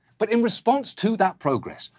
but in response to that progress,